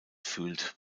fühlt